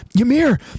Ymir